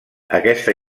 aquesta